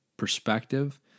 perspective